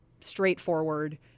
straightforward